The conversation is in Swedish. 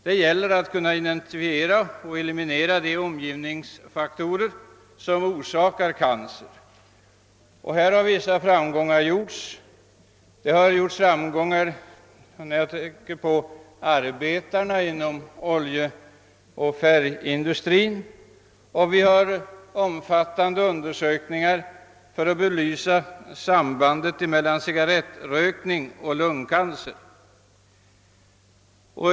Det gäller att kunna identifiera och eliminera de omgivningsfaktorer som orsakar cancer. Vissa framgångar har redan uppnåtts; jag tänker på arbetarna inom färgoch oljeindustrin. Det har också gjorts omfattande undersökningar för att belysa sambandet mellan cigarrettrökning och lungcancer.